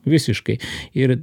visiškai ir